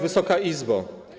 Wysoka Izbo!